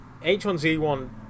H1Z1